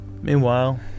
Meanwhile